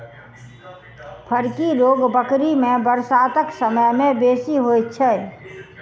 फड़की रोग बकरी मे बरसातक समय मे बेसी होइत छै